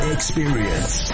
Experience